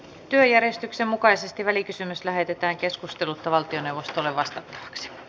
työjärjestyksen mukaisesti välikysymys lähetettiin keskustelutta valtioneuvostollevat